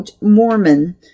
Mormon